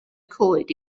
coed